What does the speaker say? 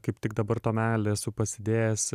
kaip tik dabar tomelį esu pasidėjęs